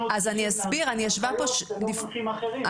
צריכים להנחית הנחיות כשלא מנחים אחרים?